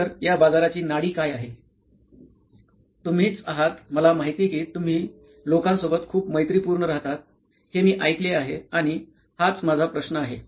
तर या बाजाराची नाडी काय आहे तुम्हीच आहात मला माहिती कि तुम्ही लोकां सोबत खूप मैत्रीपूर्ण राहतात हे मी ऐकले आहे आणि हाच माझा प्रश्न आहे